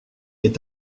est